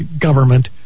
government